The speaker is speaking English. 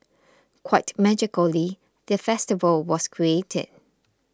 quite magically the festival was created